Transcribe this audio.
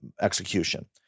execution